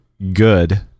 good